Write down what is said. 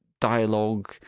dialogue